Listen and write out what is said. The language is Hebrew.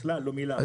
בכלל לא.